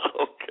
Okay